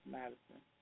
Madison